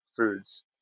foods